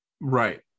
Right